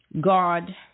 God